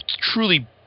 truly